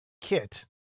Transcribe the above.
kit